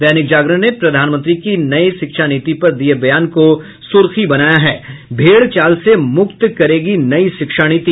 दैनिक जागरण ने प्रधानमंत्री के नई शिक्षा नीति पर दिये बयान को सुर्खी बनाया है भेड़ चाल से मुक्त करेगी नई शिक्षा नीति